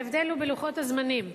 ההבדל הוא בלוחות הזמנים,